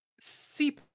See